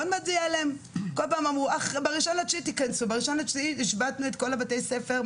כל פעם אמרו ב-1 לספטמבר השבתנו את כל בתי הספר,